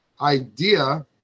idea